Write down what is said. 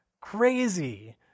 crazy